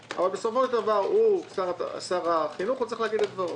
בסופו של דבר הוא שר החינוך והוא צריך להגיד את דברו.